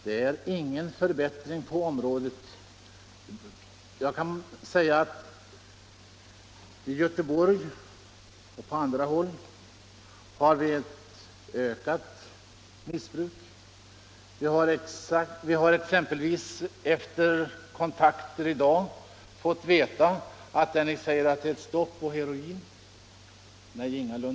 Det är ingen förbättring på området. I Göteborg och på andra håll har missbruket ökat. Ni säger att det är stopp i användningen av heroin. Jag har efter kontakter i dag fått veta att det ingalunda är så.